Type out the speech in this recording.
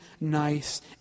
nice